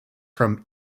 from